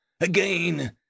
Again